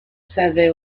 savait